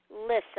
listen